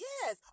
Yes